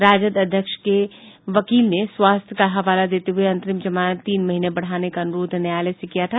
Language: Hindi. राजद अध्यक्ष के वकील ने स्वास्थ्य का हवाला देते हुए अंतरिम जमानत तीन महीने बढ़ाने का अनुरोध नयायालय से किया था